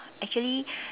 actually